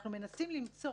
אנחנו מנסים למצוא